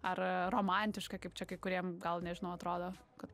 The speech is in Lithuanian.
ar romantiška kaip čia kai kuriem gal nežinau atrodo kad